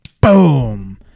boom